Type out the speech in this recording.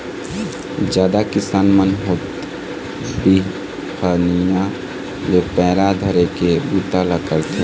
जादा किसान मन होत बिहनिया ले पैरा धरे के बूता ल करथे